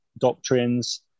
doctrines